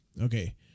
Okay